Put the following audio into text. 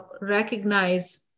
recognize